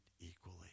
equally